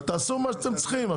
תעשו מה שאתם צריכים.